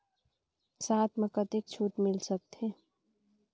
साथ म कतेक छूट मिल सकथे?